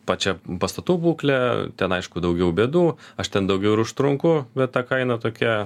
pačią pastatų būklę ten aišku daugiau bėdų aš ten daugiau ir užtrunku bet ta kaina tokia